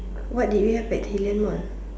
what did you have Celine Mall